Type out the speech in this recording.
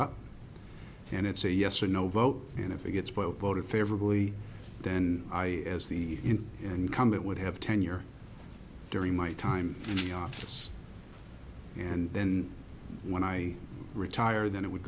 up and it's a yes or no vote and if it gets voted favorably then i as the incumbent would have tenure during my time in office and then when i retire then it would